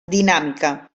dinàmica